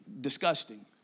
disgusting